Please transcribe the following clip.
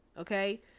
Okay